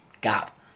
gap